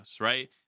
right